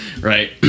right